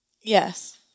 Yes